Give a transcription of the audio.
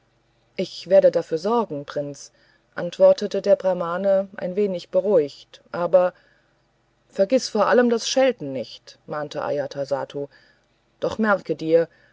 ich werde dafür sorgen prinz antwortete der brahmane ein wenig beruhigt aber vergiß vor allem das schelten nicht mahnte ajatasattu doch merke dir